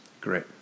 Great